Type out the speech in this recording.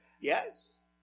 Yes